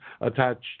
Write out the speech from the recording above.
attached